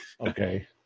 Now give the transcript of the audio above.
Okay